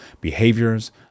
behaviors